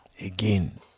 Again